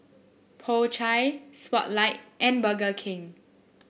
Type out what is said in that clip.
Po Chai Spotlight and Burger King